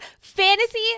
Fantasy